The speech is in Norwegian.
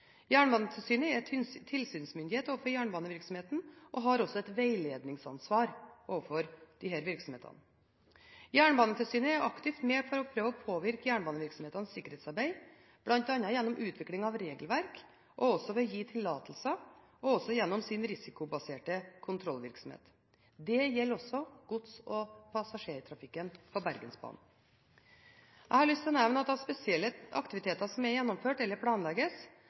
Jernbanetilsynet er tilsynsmyndighet for jernbanevirksomhetene og har også et veiledningsansvar overfor disse. Jernbanetilsynet er aktivt med for å prøve å påvirke jernbanevirksomhetenes sikkerhetsarbeid bl.a. gjennom utvikling av regelverk, ved å gi tillatelser og gjennom sin risikobaserte kontrollvirksomhet. Dette gjelder også gods- og passasjertrafikken på Bergensbanen. Jeg har lyst til å nevne spesielle aktiviteter som er gjennomført, eller planlegges,